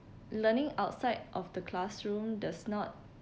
learning outside of the classroom does not